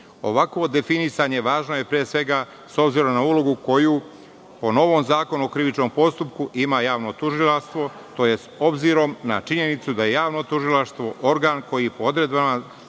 definisanje, važno je, pre svega, s obzirom na ulogu koju po novom zakonu o krivičnom postupku ima javno tužilaštvo, obzirom na činjenicu da je javno tužilaštvo organ koji po odredbama